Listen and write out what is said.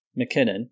McKinnon